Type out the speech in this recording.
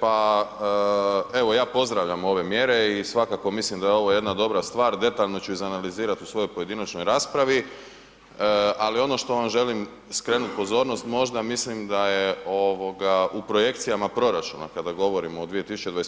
Pa evo ja pozdravljam ove mjere i svakako mislim da je ovo jedna dobra stvar, detaljno ću izanalizirati u svojoj pojedinačnoj raspravi, ali ono što vam želim skrenuti pozornost, možda mislim da je u projekcijama proračuna kada govorimo o 2021.,